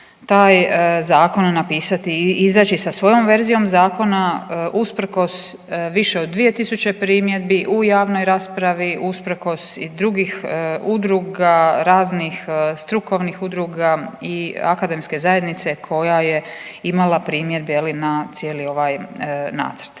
taj zakon napisati i izaći sa svojom verzijom zakona usprkos više od 2000 primjedbi u javnoj raspravi, usprkos i drugih udruga raznih strukovnih udruga i akademske zajednice koja je imala primjedbe je li na cijeli ovaj nacrt.